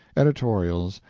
editorials,